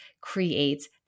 creates